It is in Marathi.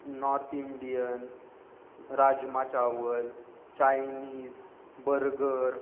north Indian rajma chawal Chinese burger